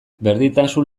berdintasun